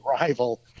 rival